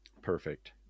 perfect